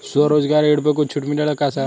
स्वरोजगार ऋण पर कुछ छूट मिलेला का साहब?